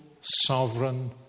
sovereign